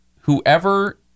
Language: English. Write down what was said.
whoever